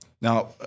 Now